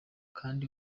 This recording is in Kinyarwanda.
kandi